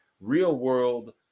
real-world